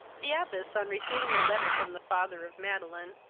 the abbess, on receiving a letter from the father of madeline,